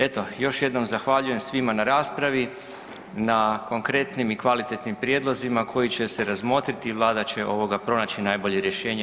Eto još jednom zahvaljujem svima na raspravi, na konkretnim i kvalitetnim prijedlozima koji će se razmotriti i Vlada će pronaći najbolje rješenje.